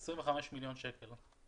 בין כל הרשויות במדינה.